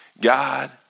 God